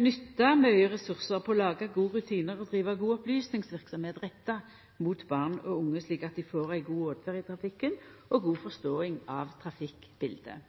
nytta mykje ressursar på å laga gode rutinar og driva god opplysingsverksemd retta mot born og unge, slik at dei får ei god åtferd i trafikken og god forståing av trafikkbiletet.